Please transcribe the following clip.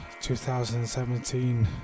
2017